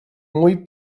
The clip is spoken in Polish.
mój